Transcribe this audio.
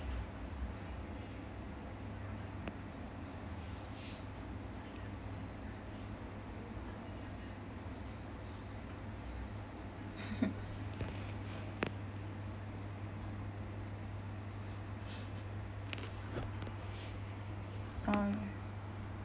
um